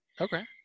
Okay